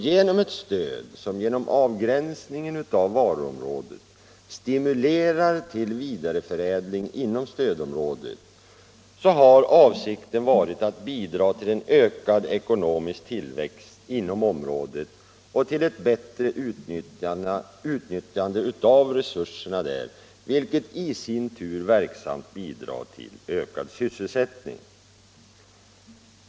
Med ett stöd som genom avgränsningen av varuområdet stimulerar till vidareförädling inom stödområdet har avsikten varit att bidra till en ökad ekonomisk tillväxt inom området och till ett bättre utnyttjande av resurserna där, vilket i sin tur verksamt bidrar till ökad sysselsättning.